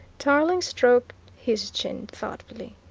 tarling stroked his chin thoughtfully.